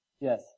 Yes